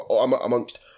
amongst